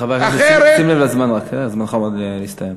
אחרת, חבר הכנסת, שים לב לזמן, זמנך עומד להסתיים.